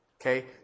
okay